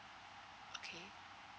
okay